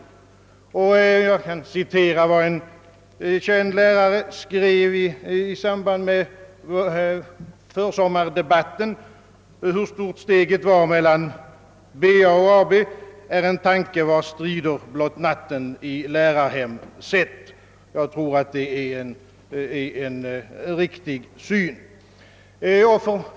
Jag kan citera vad en känd lärare skrev i samband med försommardebatten: »Hur stort steget är mellan Ba och AB, är en tanke vars strider blott natten i lärarhemmet sett.» Jag tror att det är en riktig uppfattning.